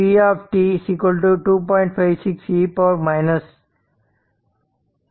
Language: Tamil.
56 e 10t ஆகும்